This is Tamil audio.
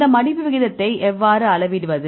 இந்த மடிப்பு விகிதத்தை எவ்வாறு அளவிடுவது